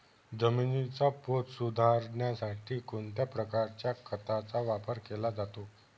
जमिनीचा पोत सुधारण्यासाठी कोणत्या प्रकारच्या खताचा वापर केला जातो?